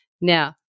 Now